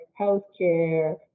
healthcare